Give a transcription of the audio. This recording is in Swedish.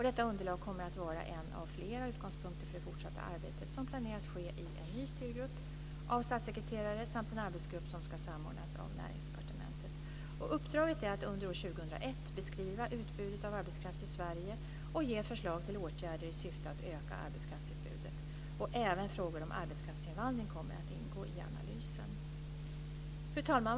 Detta underlag kommer att vara en av flera utgångspunkter för det fortsatta arbetet som planeras ske i en ny styrgrupp av statssekreterare samt en arbetsgrupp som ska samordnas av Näringsdepartementet. Uppdraget är att under år 2001 beskriva utbudet av arbetskraft i Sverige och ge förslag till åtgärder i syfte att öka arbetskraftsutbudet. Även frågor om arbetskraftsinvandring kommer att ingå i analysen. Fru talman!